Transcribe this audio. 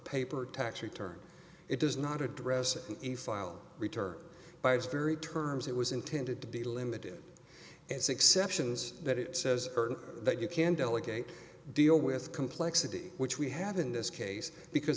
paper tax return it does not address e file return by its very terms it was intended to be limited it's exceptions that it says that you can delegate deal with complexity which we have in this case because